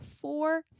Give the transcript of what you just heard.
four